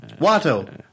Watto